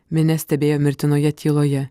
minia stebėjo mirtinoje tyloje